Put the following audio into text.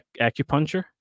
acupuncture